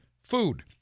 food